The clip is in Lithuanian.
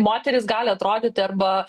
moterys gali atrodyti arba